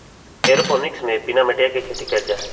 aeroponics में बिना मटिया के खेती कइल जाहई